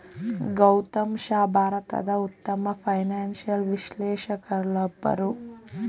ಗೌತಮ್ ಶಾ ಭಾರತದ ಉತ್ತಮ ಫೈನಾನ್ಸಿಯಲ್ ವಿಶ್ಲೇಷಕರಲ್ಲೊಬ್ಬರು